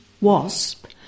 WASP